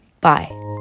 bye